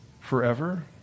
forever